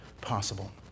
possible